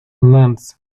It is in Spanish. lance